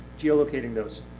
geo-locating those.